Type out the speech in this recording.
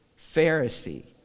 Pharisee